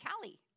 Callie